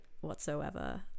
whatsoever